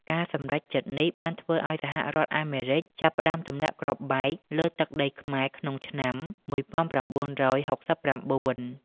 ការសម្រេចចិត្តនេះបានធ្វើឱ្យសហរដ្ឋអាមេរិកចាប់ផ្តើមទម្លាក់គ្រាប់បែកលើទឹកដីខ្មែរក្នុងឆ្នាំ ១៩៦៩។